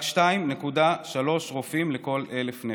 רק 2.3 רופאים לכל 1,000 נפש.